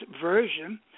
version